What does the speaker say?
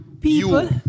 people